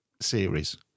series